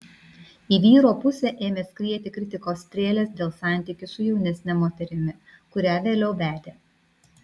į vyro pusę ėmė skrieti kritikos strėlės dėl santykių su jaunesne moterimi kurią vėliau vedė